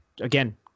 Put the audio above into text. again